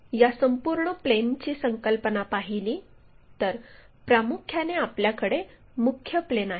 जर आपण या संपूर्ण प्लेनची संकल्पना पाहिली तर प्रामुख्याने आपल्याकडे मुख्य प्लेन आहेत